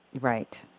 Right